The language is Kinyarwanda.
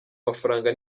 mafaranga